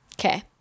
Okay